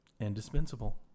Indispensable